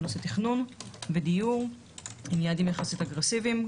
בנושאי תכנון ודיור עם יעדים יחסית אגרסיביים,